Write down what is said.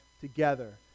together